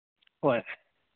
ꯍꯣꯏ